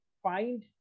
find